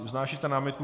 Vznášíte námitku.